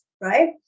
right